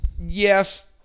yes